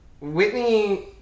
Whitney